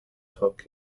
took